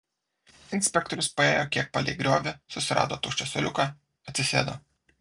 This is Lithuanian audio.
inspektorius paėjo kiek palei griovį susirado tuščią suoliuką atsisėdo